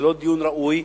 ללא דיון ראוי,